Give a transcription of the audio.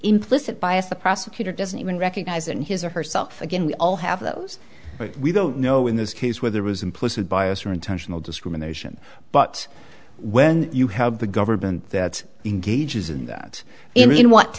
implicit bias the prosecutor doesn't even recognize in his or her self again we all have those we don't know in this case where there was implicit bias or intentional discrimination but when you have the government that engages in that i mean what